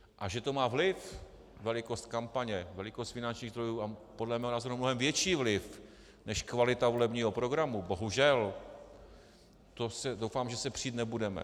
A že to má vliv velikost kampaně, velikost finančních zdrojů a podle mého názoru mnohem větší vliv než kvalita volebního programu, bohužel, to doufám se přít nebudeme.